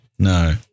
No